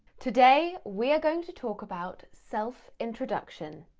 today, we are going to talk about self introduction,